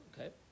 okay